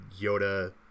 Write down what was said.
Yoda